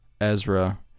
Ezra